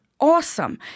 awesome